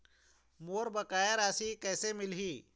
मोर बकाया राशि कैसे मिलही?